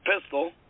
pistol